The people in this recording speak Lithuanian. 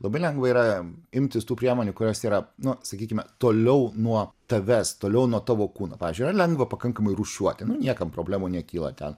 labai lengva yra imtis tų priemonių kurios yra nu sakykime toliau nuo tavęs toliau nuo tavo kūno pavyzdžiui ar lengva pakankamai rūšiuotinų nu niekam problemų nekyla ten